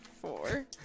four